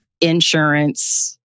insurance